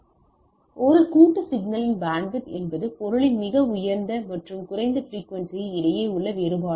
எனவே ஒரு கூட்டு சிக்னலின் பேண்ட்வித் என்பது பொருளின் மிக உயர்ந்த மற்றும் குறைந்த பிரிக்குவென்சி இடையே உள்ள வேறுபாடு ஆகும்